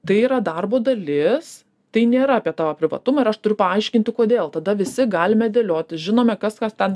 tai yra darbo dalis tai nėra apie tavo privatumą ir aš turiu paaiškinti kodėl tada visi galime dėliotis žinome kas kas ten